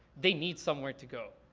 they need somewhere to go.